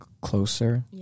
closer